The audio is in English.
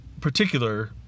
particular